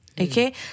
Okay